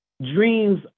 Dreams